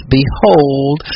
behold